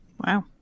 Wow